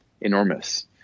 enormous